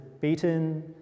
beaten